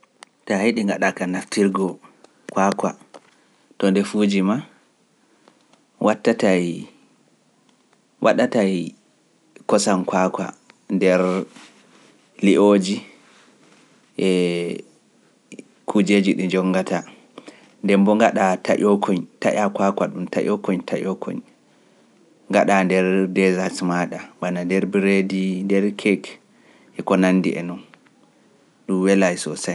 Taa heɗi ngaɗa ka naftirgo kwakwa to ndefuuji maa, waɗtatay kosam kwakwa nder li'ooji e kujeeji ɗi njongata, ndembo ngaɗa taƴoo koñ taƴaa kwakwa ɗum taƴoo koñ taƴoo koñ, ngaa nder dezast maaɗa bana nder bireedi, nder kek e ko nanndi e noon ɗum wela so sena.